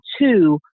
two